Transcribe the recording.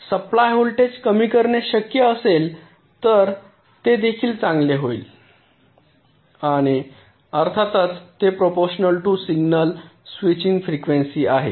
म्हणून जर supply voltage कमी करणे शक्य असेल तर ते देखील चांगले होईल आणि अर्थातच ते proportional to signal switching frequency आहे